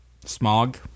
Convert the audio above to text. smog